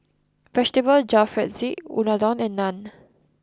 Vegetable Jalfrezi Unadon and Naan